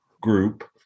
group